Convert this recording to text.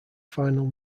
final